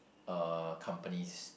uh companies